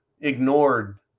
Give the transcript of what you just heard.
ignored